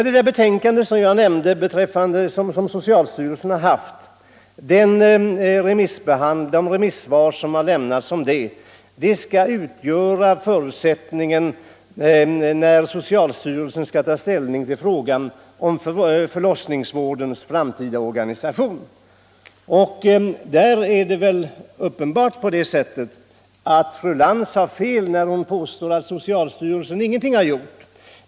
Det betänkande som arbetsgruppen inom socialstyrelsen har avgivit skall remissbehandlas, och på remissvaren skall socialstyrelsen grunda sitt ställningstagande till frågan om förlossningsvårdens framtida organisation. Fru Lantz har uppenbarligen fel när hon påstår att socialstyrelsen ingenting har gjort.